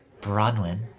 Bronwyn